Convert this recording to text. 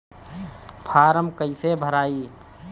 Form कईसे भराई?